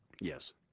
Yes